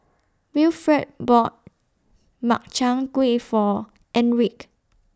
Wilfred bought Makchang Gui For Enrique